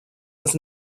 was